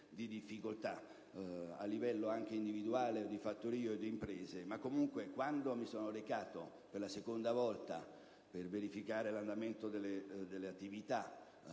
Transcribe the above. di difficoltà a livello anche individuale di fattorie o di imprese, ma comunque, quando mi sono recato per la seconda volta, per verificare l'andamento delle attività,